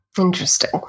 Interesting